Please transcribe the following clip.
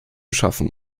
schaffen